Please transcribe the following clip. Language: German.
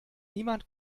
niemand